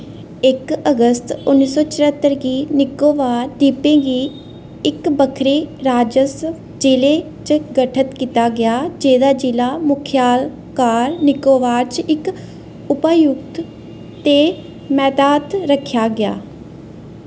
इक अगस्त उन्नी सौ चरह्त्तर गी निकोबार द्वीपें गी इक बक्खरे राजस्व जिले च गठत कीता गेआ जेह्दा जिला मुख्य कार निकोबार च इक उपायुक्त दे मतैह्त रक्खेआ गेआ